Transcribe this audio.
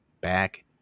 back